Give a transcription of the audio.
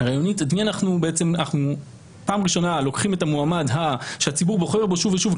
אנחנו פעם ראשונה לוקחים את המועמד שהציבור בוחר בו שוב ושוב,